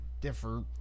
differ